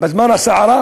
בזמן הסערה?